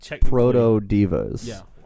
proto-divas